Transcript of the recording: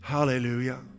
Hallelujah